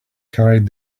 carried